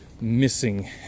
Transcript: missing